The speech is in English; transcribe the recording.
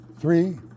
Three